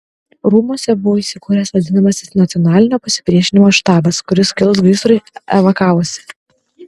rūmuose buvo įsikūręs vadinamasis nacionalinio pasipriešinimo štabas kuris kilus gaisrui evakavosi